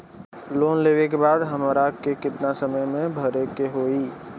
Loan लेवे के बाद हमरा के कितना समय मे भरे के होई?